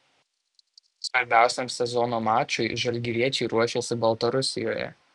svarbiausiam sezono mačui žalgiriečiai ruošiasi baltarusijoje